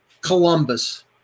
Columbus